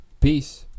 peace